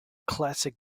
classic